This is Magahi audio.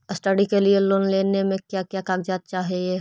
स्टडी के लिये लोन लेने मे का क्या कागजात चहोये?